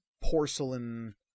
porcelain